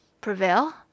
prevail